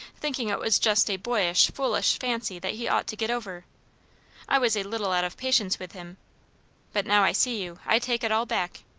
thinking it was just a boyish foolish fancy that he ought to get over i was a little out of patience with him but now i see you, i take it all back.